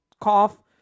cough